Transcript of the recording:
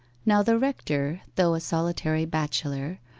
now the rector, though a solitary bachelor,